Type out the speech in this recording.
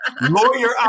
Lawyer